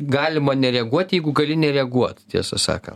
galima nereaguoti jeigu gali nereaguot tiesą sakant